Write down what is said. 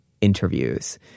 interviews